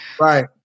Right